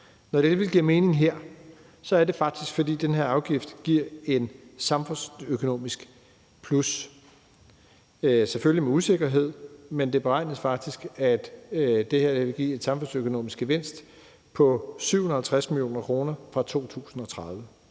Når det alligevel giver mening her, er det faktisk, fordi den her afgift giver et samfundsøkonomisk plus. Det er selvfølgelig med usikkerhed, men det beregnes faktisk, at det her vil give en samfundsøkonomisk gevinst på 750 mio. kr. fra 2030.